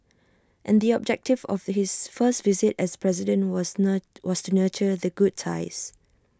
and the objective of his first visit as president was nur was to nurture the good ties